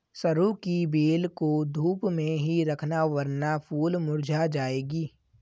सरू की बेल को धूप में ही रखना वरना फूल मुरझा जाएगी